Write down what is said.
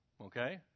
okay